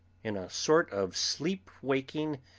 in a sort of sleep-waking,